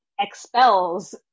expels